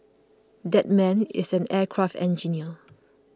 that man is an aircraft engineer